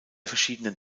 verschiedenen